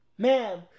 Ma'am